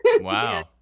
Wow